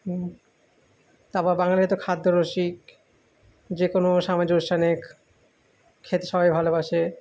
হুম তারপর বাঙালি তো খাদ্যরসিক যে কোনো সামাজিক অনুষ্ঠানে খ খেতে সবাই ভালোবাসে